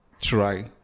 try